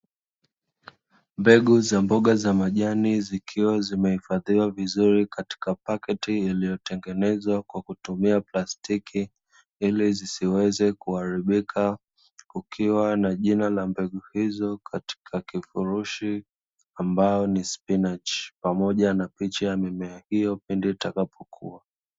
Mbegu za mboga za majani zikiwa zimehifadhiwa vizuri katika pakiti iliyotengenezwa kwa kutumia plastiki ili zisiweze kuharibika. Kukiwa na jina la mbegu hizo katika kifurushi ambalo ni spinachi, pamoja na picha za mimea hiyo pindi itakapokua.